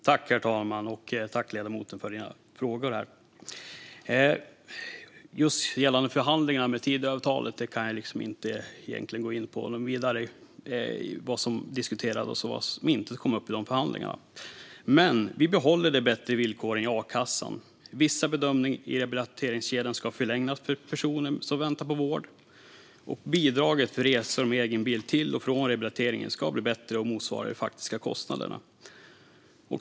Herr talman! Tack, ledamoten, för dina frågor! Jag kan egentligen inte gå in på vad som diskuterades och vad som inte kom upp i förhandlingarna om Tidöavtalet. Men vi behåller de bättre villkoren i a-kassan. Undantagen från vissa bedömningar i rehabiliteringskedjan ska förlängas för personer som väntar på vård. Och bidraget för resor med egen bil till och från rehabiliteringen ska bli bättre och motsvara de faktiska kostnaderna.